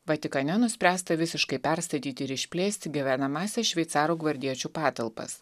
vatikane nuspręsta visiškai perstatyti ir išplėsti gyvenamąsias šveicarų gvardiečių patalpas